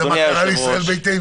אני לא יודע מה קרה לישראל ביתנו,